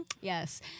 Yes